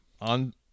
on